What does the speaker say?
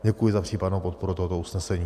Děkuji za případnou podporu tohoto usnesení.